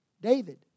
David